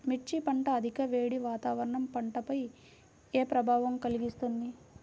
మిర్చి పంట అధిక వేడి వాతావరణం పంటపై ఏ ప్రభావం కలిగిస్తుంది?